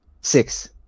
Six